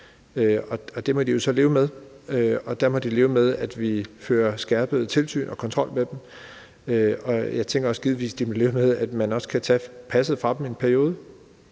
Det må de jo så leve med, og de må leve med, at vi fører skærpet tilsyn og kontrol med dem. Jeg tænker, at man givetvis også kan tage passet fra dem i en periode.